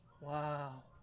Wow